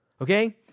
Okay